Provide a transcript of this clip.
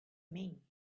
mean